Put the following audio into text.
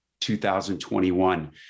2021